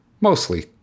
mostly